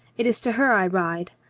it is to her i ride.